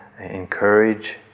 encourage